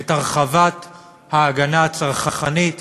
את הרחבת ההגנה הצרכנית